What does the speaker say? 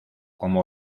cómo